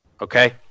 Okay